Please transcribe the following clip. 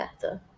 better